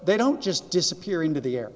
they don't just disappear into the air